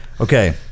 Okay